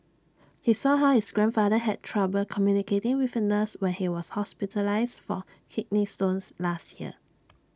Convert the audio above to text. he saw how his grandfather had trouble communicating with A nurse when he was hospitalised for kidney stones last year